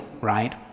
right